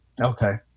Okay